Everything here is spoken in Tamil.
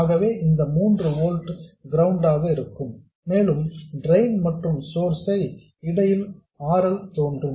ஆகவே இந்த 3 ஓல்ட்ஸ் கிரவுண்ட் ஆக இருக்கும் மேலும் டிரெயின் மற்றும் சோர்ஸ் இடையில் R L தோன்றும்